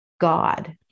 God